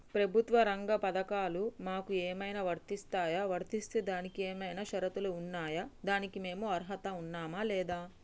ప్రభుత్వ రంగ పథకాలు మాకు ఏమైనా వర్తిస్తాయా? వర్తిస్తే దానికి ఏమైనా షరతులు ఉన్నాయా? దానికి మేము అర్హత ఉన్నామా లేదా?